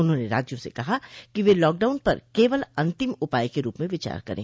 उन्होंने राज्यों से कहा कि वे लॉकडाउन पर केवल अंतिम उपाय के रूप में विचार करें